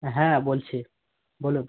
হ্যাঁ বলছি বলুন